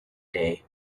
day